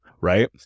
Right